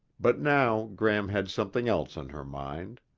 but now gram had something else on her mind.